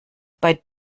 bei